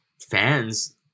fans